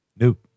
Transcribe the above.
Nope